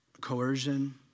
coercion